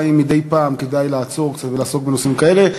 אולי מדי פעם כדאי לעצור קצת ולעסוק בנושאים כאלה.